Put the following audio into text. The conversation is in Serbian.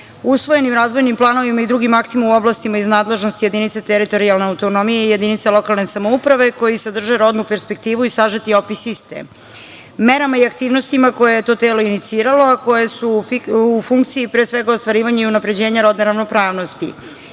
usvojenim razvojnim planovima i drugim aktima u oblastima iz nadležnosti jedinica teritorijalne autonomije i jedinica lokalne samouprave koji sadrže rodnu perspektivu i sažeti opis iste; merama i aktivnosti koje je to telo iniciralo, a koje su u funkciji pre svega ostvarivanja i unapređenja rodne ravnopravnosti;